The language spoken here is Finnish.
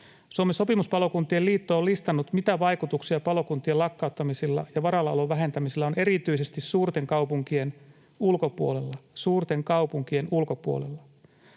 Suomen Sopimuspalokuntien Liitto on listannut, mitä vaikutuksia palokuntien lakkauttamisilla ja varallaolon vähentämisillä on erityisesti suurten kaupunkien ulkopuolella — suurten kaupunkien ulkopuolella.